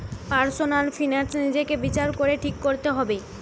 personal finance নিজেকে বিচার করে ঠিক কোরতে হবে